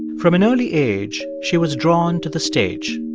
from an early age, she was drawn to the stage.